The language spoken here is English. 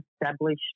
established